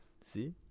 see